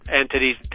entities